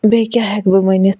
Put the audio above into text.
بیٚیہِ کیٛاہ ہیٚکہٕ بہٕ ؤنِتھ